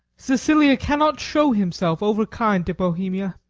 sicilia cannot show himself overkind to bohemia.